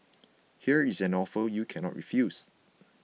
here's an offer you cannot refuse